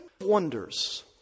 Wonders